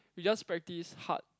you just practise hard